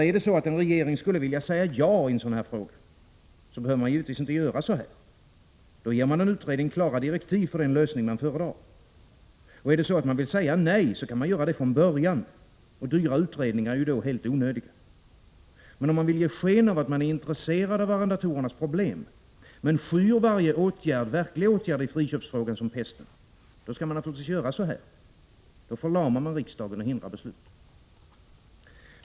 Är det så att en regering skulle vilja säga ja i en sådan här fråga, behöver man givetvis inte göra så här. Då ger man en utredning klara direktiv för den lösning man föredrar. Är det så att man vill säga nej, kan man göra det från början; dyra utredningar är då helt onödiga. Men om man vill ge sken av att man är intresserad av arrendatorernas problem men skyr varje verklig åtgärd i friköpsfrågan som pesten — då skall man naturligtvis göra så här. Då förlamar man riksdagen och hindrar beslut.